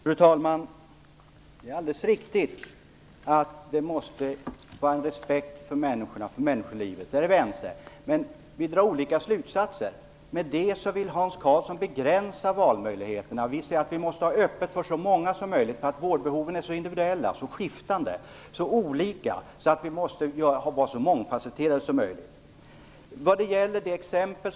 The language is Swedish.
Fru talman! Det är riktigt att människor och människolivet måste respekteras. Det är vi ense om. Däremot drar vi olika slutsatser. Hans Karlsson vill begränsa valmöjligheterna. Vi säger i stället att vi måste hålla öppet för så många som möjligt. Vårdbehoven är så individuella att vården måste vara så mångfasetterad som möjligt. Hans Karlsson tog ett exempel.